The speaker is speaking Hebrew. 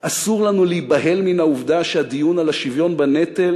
אסור לנו להיבהל מן העובדה שהדיון על השוויון בנטל